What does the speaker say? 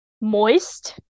Moist